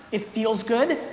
it feels good.